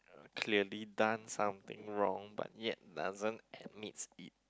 clearly done something wrong but yet doesn't admits it